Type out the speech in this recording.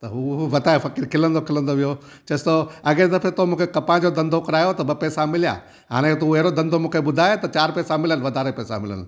त हू वताये फ़कीर खिलंदो खिलंदो वियो चएस थो अॻिए दफे तू मूंखे कपां जो धंधो करायो त ॿ पेसा मिलिया हाणे तू अहिड़ो धंधो मूंखे ॿुधाए त चारि पैसा मिलनि वाधारे पेसा मिलनि